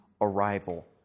arrival